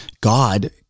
God